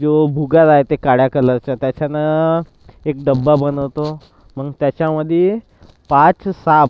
जो भुगा राहते काळ्या कलरचा त्याच्यानं एक डबा बनवतो मग त्याच्यामध्ये पाच साप